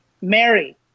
Mary